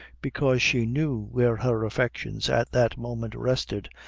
because she knew where her affections at that moment rested,